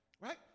Right